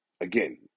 Again